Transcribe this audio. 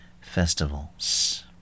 festivals